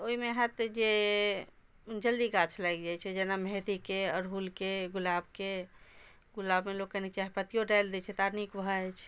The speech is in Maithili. तऽ ओइमे होएत जे जल्दी गाछ लागि जाइ छै जेना मेन्हदीके अड़हुलके गुलाबके गुलाबमे लोक कने चाहपतियो डालि दै छै तऽ आर नीक भऽ जाइ छै